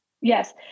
Yes